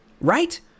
Right